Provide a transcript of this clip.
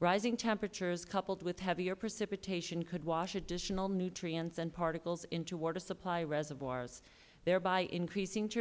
rising temperatures coupled with heavier participation could wash additional nutrients and particles into water supply reservoirs thereby increasing t